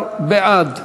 18 בעד,